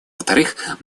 вторых